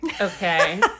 Okay